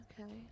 Okay